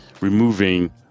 removing